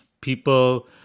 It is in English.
people